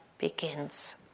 Begins